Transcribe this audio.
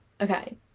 okay